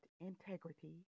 integrity